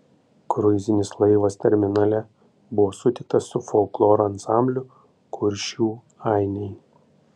kruizinis laivas terminale buvo sutiktas su folkloro ansambliu kuršių ainiai